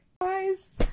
Guys